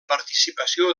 participació